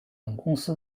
公司